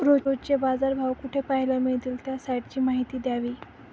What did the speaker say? रोजचे बाजारभाव कोठे पहायला मिळतील? त्या साईटची माहिती द्यावी